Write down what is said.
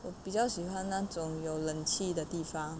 我比较喜欢那种有冷气的地方